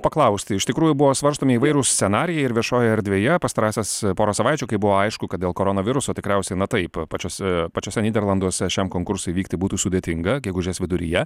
paklausti iš tikrųjų buvo svarstomi įvairūs scenarijai ir viešojoj erdvėje pastarąsias porą savaičių kai buvo aišku kad dėl koronaviruso tikriausiai na taip pačiose pačiuose nyderlanduose šiam konkursui vykti būtų sudėtinga gegužės viduryje